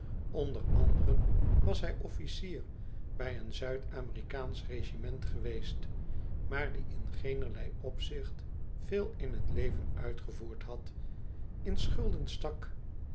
onder anderen was hij officier bij een zuidamerikaansch regiment geweest maar die in geenerlei opzicht veel in t leven uitgevoerd had in schulden stak